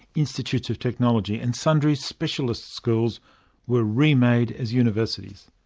institutes of technology and sundry specialist schools were remade as universities.